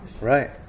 Right